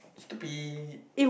stupid